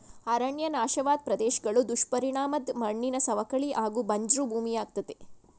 ಅರಣ್ಯ ನಾಶವಾದ್ ಪ್ರದೇಶ್ಗಳು ದುಷ್ಪರಿಣಾಮದ್ ಮಣ್ಣಿನ ಸವಕಳಿ ಹಾಗೂ ಬಂಜ್ರು ಭೂಮಿಯಾಗ್ತದೆ